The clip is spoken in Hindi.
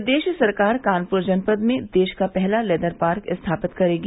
प्रदेश सरकार कानप्र जनपद में देश का पहला लेदर पार्क स्थापित करेगी